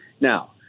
Now